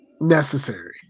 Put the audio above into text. necessary